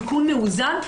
תיקון מאוזן,